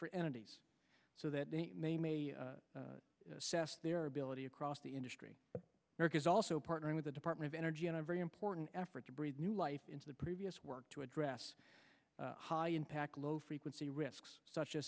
for entities so that they may assess their ability across the industry is also partnering with the department of energy in a very important effort to breathe new life into the previous work to address high impact low frequency risks such a